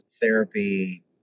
therapy